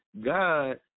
God